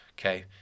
okay